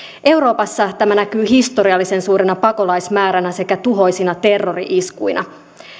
euroopassa tämä näkyy historiallisen suurena pakolaismääränä sekä tuhoisina terrori iskuina